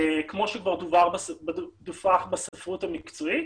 כמו שכבר דווח בספרות המקצועית,